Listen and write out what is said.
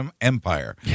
empire